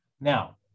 Now